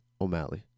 O'Malley